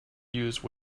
use